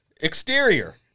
Exterior